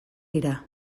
dira